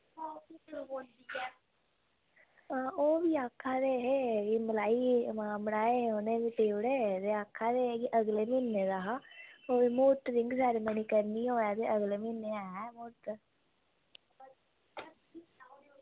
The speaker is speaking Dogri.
हां ओह् बी आक्खा दे हे कि मलाई मलाए हे उ'नें बी टिबड़े ते आक्खा दे हे कि अगले म्हीने दा हा ओह् म्हूरत रिंग सैरमनी करनी होऐ ते अगले म्हीने ऐ म्हूरत